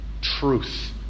truth